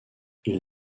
ils